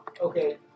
Okay